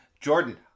jordan